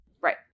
Right